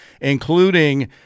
including